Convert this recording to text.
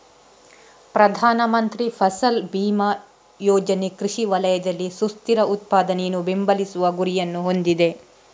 ಪ್ರಧಾನ ಮಂತ್ರಿ ಫಸಲ್ ಬಿಮಾ ಯೋಜನೆ ಕೃಷಿ ವಲಯದಲ್ಲಿ ಸುಸ್ಥಿರ ಉತ್ಪಾದನೆಯನ್ನು ಬೆಂಬಲಿಸುವ ಗುರಿಯನ್ನು ಹೊಂದಿದೆ